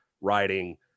writing